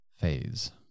phase